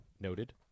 Noted